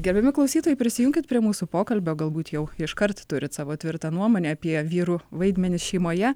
gerbiami klausytojai prisijunkit prie mūsų pokalbio galbūt jau iškart turit savo tvirtą nuomonę apie vyrų vaidmenis šeimoje